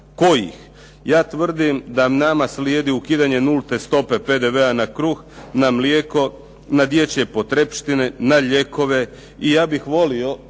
Kojih? Ja tvrdim da nama slijedi ukidanje nulte stope PDV-a na kruh, na mlijeko, na dječje potrepštine, na lijekove. I ja bih volio